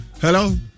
Hello